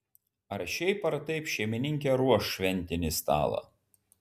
ar šiaip ar taip šeimininkė ruoš šventinį stalą